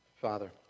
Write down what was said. Father